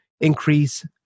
increase